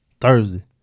Thursday